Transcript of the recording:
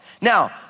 Now